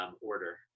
order